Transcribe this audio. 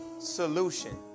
solution